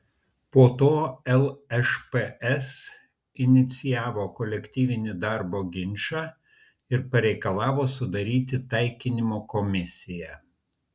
po to lšps inicijavo kolektyvinį darbo ginčą ir pareikalavo sudaryti taikinimo komisiją